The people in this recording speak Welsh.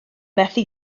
methu